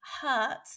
hurt